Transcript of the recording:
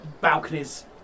balconies